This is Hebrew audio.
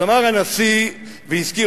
אז אמר הנשיא והזכיר,